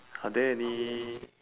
are there any